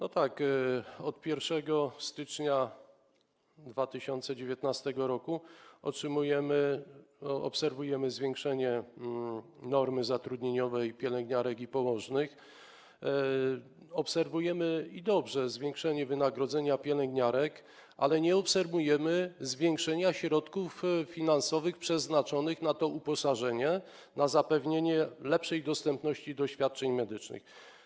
Od 1 stycznia 2019 r. obserwujemy zwiększenie normy zatrudnieniowej pielęgniarek i położnych, obserwujemy - i dobrze - zwiększenie wynagrodzenia pielęgniarek, ale nie obserwujemy zwiększenia środków finansowych przeznaczonych na uposażenie, na zapewnienie lepszej dostępności świadczeń medycznych.